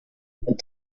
but